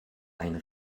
einen